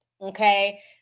okay